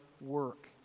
work